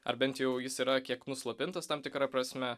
ar bent jau jis yra kiek nuslopintas tam tikra prasme